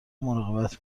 مراقبت